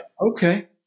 okay